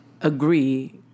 agree